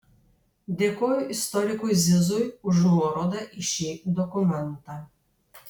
dėkoju istorikui zizui už nuorodą į šį dokumentą